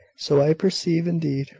so i perceive, indeed,